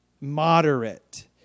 moderate